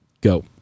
Go